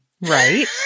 right